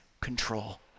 control